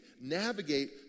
navigate